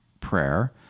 prayer